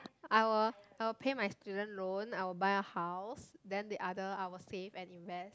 I'll I'll pay my student loan I'll buy a house and the other I'll save and invest